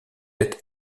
êtes